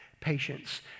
patience